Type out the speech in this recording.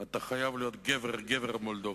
אתה חייב להיות גבר-גבר מולדובה.